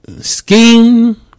Scheme